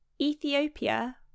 ethiopia